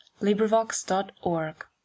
LibriVox.org